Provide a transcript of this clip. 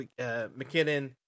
McKinnon